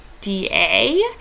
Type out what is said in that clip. DA